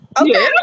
Okay